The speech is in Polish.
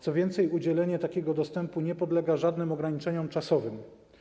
Co więcej, udzielenie takiego dostępu nie podlega żadnym ograniczeniom czasowym.